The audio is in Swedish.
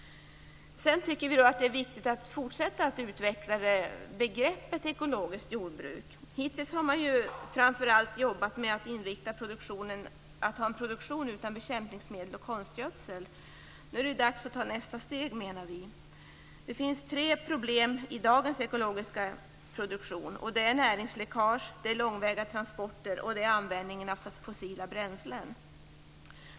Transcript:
Sedan tycker vi också att det är viktigt att fortsätta att utveckla begreppet ekologiskt jordbruk. Hittills har man ju framför allt jobbat med att inrikta sig på att ha en produktion utan bekämpningsmedel och konstgödsel. Nu menar vi att det är dags att ta nästa steg. Det finns tre problem i dagens ekologiska produktion. Det är näringsläckage, långväga transporter och användning av fossila bränslen.